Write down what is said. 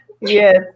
Yes